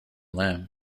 lamb